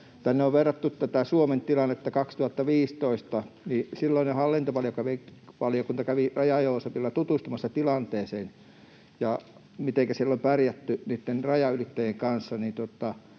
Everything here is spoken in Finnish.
Siihen on verrattu tätä Suomen tilannetta 2015. Silloinen hallintovaliokunta kävi Raja-Joosepilla tutustumassa tilanteeseen ja mitenkä siellä on pärjätty niitten rajanylittäjien kanssa,